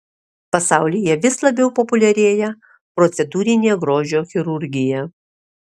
pasaulyje vis labiau populiarėja procedūrinė grožio chirurgija